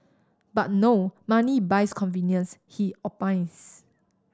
but no money buys convenience he opines